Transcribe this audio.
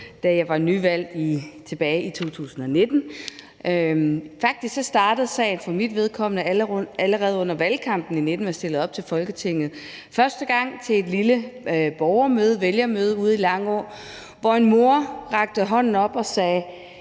da jeg var nyvalgt tilbage i 2019. Faktisk startede sagen for mit vedkommende allerede under valgkampen i 2019, hvor jeg stillede op til Folketinget. Første gang var til et lille borgermøde eller vælgermøde ude i Langå, hvor en mor rakte hånden op og spurgte: